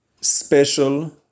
special